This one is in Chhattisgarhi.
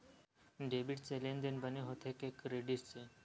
डेबिट से लेनदेन बने होथे कि क्रेडिट से?